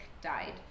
died